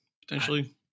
potentially